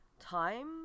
time